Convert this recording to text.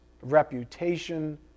reputation